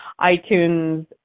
iTunes